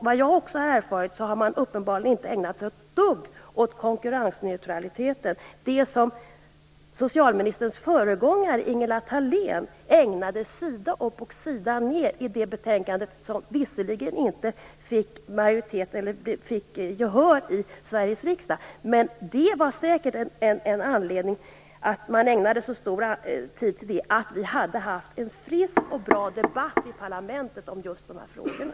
Jag har också erfarit att man uppenbarligen inte har ägnat sig ett dugg åt konkurrensneutraliteten, alltså det som socialministerns föregångare Ingela Thalén ägnade sida upp och sida ned åt i det betänkande som i och för sig inte fick gehör i Sveriges riksdag. En anledning till att man ägnade så mycket tid åt detta var säkert att vi hade haft en frisk och bra debatt i parlamentet kring just de här frågorna.